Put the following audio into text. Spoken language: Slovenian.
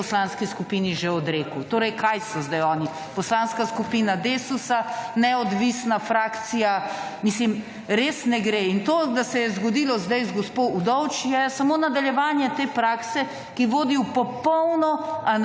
tej poslanski skupini že odrekel. Torej kaj so zdaj oni? Poslanska skupina DESUS-a, neodvisna frakcija? Mislim, res ne gre. In to, da se je zgodilo zdaj z gospo Udovč, je samo nadaljevanje te prakse, ki vodi v popolno